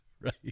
right